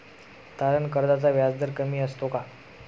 तारण कर्जाचा व्याजदर कमी असतो का?